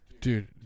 Dude